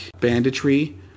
banditry